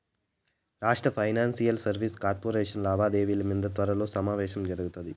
రాష్ట్ర financial services corporation లావాదేవిల మింద త్వరలో సమావేశం జరగతాది